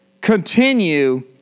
continue